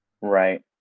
right